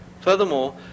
Furthermore